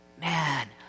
man